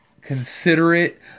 considerate